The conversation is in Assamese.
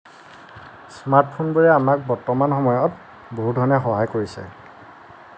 স্মাৰ্টফোনবোৰে আমাক বৰ্তমান সময়ত বহুত ধৰণে সহায় কৰিছে